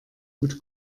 mit